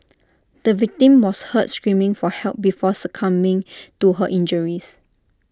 the victim was heard screaming for help before succumbing to her injuries